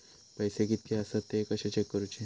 पैसे कीतके आसत ते कशे चेक करूचे?